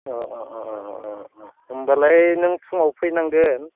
अ अ अ अ होम्बालाय नों फुङाव फैनांगोन